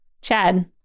Chad